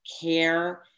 care